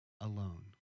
alone